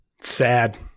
Sad